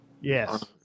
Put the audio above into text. yes